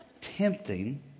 Tempting